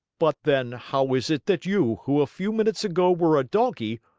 but, then, how is it that you, who a few minutes ago were a donkey,